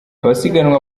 abasiganwa